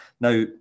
Now